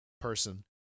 person